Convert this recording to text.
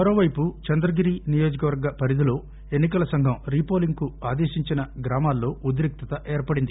మరోవైపు చంద్రగిరి నియోజకవర్గ పరిధిలో ఎన్ని కల సంఘం రీపోలింగ్ కు ఆదేశించిన గ్రామాలలో ఉద్రిక్తత ఏర్పడింది